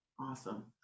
Awesome